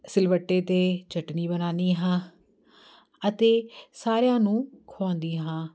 ਸਿਲਵੱਟੇ 'ਤੇ ਚਟਨੀ ਬਣਾਉਂਦੀ ਹਾਂ ਅਤੇ ਸਾਰਿਆਂ ਨੂੰ ਖਵਾਉਂਦੀ ਹਾਂ